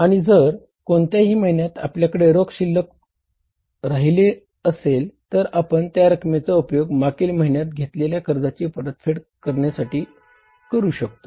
आणि जर कोणत्याही महिन्यात आपल्याकडे रोख रक्कम शिल्लक राहिली असेल तर आपण त्या रकमेचा उपयोग मागील महिन्यात घेतलेल्या कर्जाच्या परतफेडीसाठी करू शकतो